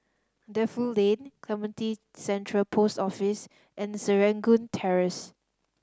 Defu Lane Clementi Central Post Office and Serangoon Terrace